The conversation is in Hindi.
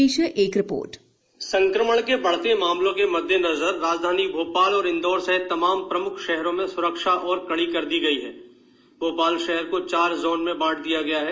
टवपबम बेंज संक्रमण के बढ़ते मामलों के मद्देनजर राजधानी भोपाल और इंदौर सहित तमाम प्रम्ख शहरों में सुरक्षा और कड़ी कर दी गयी है भोपाल शहर को चार जोन में बांट दिया गया है